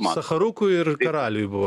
sacharukui ir karaliui buvo